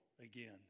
again